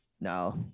No